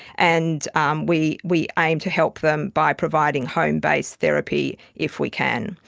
and um we we aim to help them by providing home-based therapy if we can.